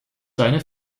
deine